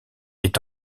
est